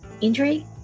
Injury